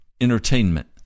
entertainment